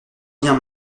bien